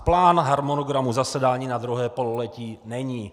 Plán harmonogramu zasedání na druhé pololetí není.